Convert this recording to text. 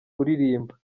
uririmba